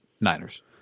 Niners